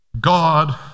God